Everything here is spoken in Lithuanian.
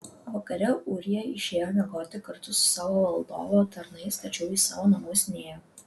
vakare ūrija išėjo miegoti kartu su savo valdovo tarnais tačiau į savo namus nėjo